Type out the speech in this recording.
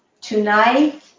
tonight